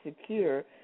secure